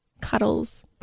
Cuddles